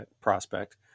prospect